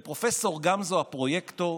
ופרופ' גמזו הפרויקטור